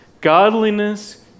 godliness